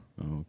okay